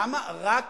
למה רק